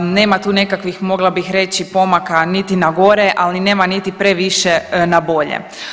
Nema tu nekakvih mogla bi reći pomaka niti na gore, ali nema niti previše na bolje.